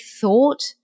thought